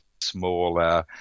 smaller